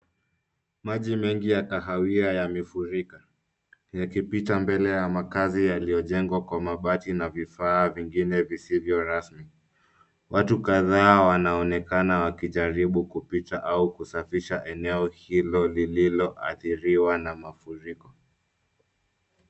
Maji mengi ya kahawia yamefurika yakipita mbele ya makazi yaliyojengwa kwa mabati na vifaa vingine visivyo rasmi. Watu kadhaa wanaonekana wakijaribu kupita au kusafisha eneo hilo lililoathiriwa na mafuriko.